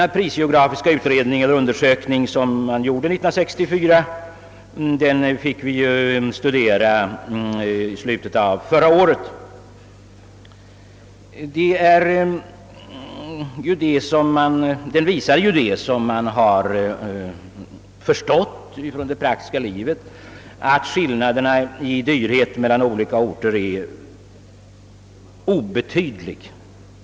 Den prisgeografiska undersökning som gjordes 1964 fick vi studera i slutet av förra året, och den visade vad vi väl redan tidigare förstått från det praktiska livet, nämligen att prisskillnaderna mellan olika orter är obetydliga.